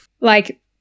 like-